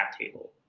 table